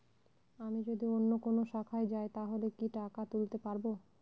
আমি যদি অন্য কোনো শাখায় যাই তাহলে কি টাকা তুলতে পারব?